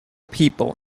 people